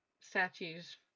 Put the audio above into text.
statues